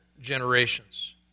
generations